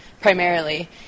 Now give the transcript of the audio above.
primarily